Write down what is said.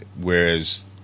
whereas